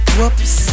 Whoops